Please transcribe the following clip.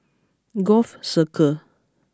Gul Circle